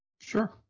Sure